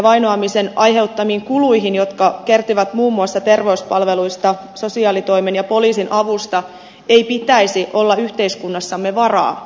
vainoamisen aiheuttamiin kuluihin jotka kertyvät muun muassa terveyspalveluista sosiaalitoimen ja poliisin avusta ei pitäisi olla yhteiskunnassamme varaa